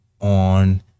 on